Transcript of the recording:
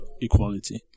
equality